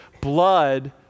blood